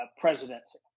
presidency